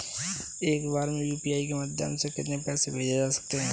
एक बार में यू.पी.आई के माध्यम से कितने पैसे को भेज सकते हैं?